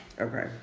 Okay